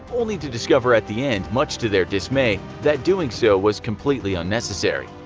only to discover at the end, much to their dismay, that doing so was completely unnecessary.